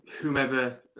whomever